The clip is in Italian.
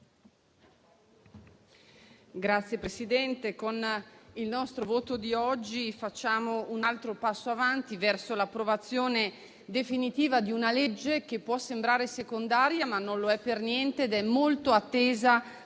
Signor Presidente, con il nostro voto di oggi facciamo un altro passo avanti verso l'approvazione definitiva di una legge che può sembrare secondaria, ma non lo è affatto, ed è molto attesa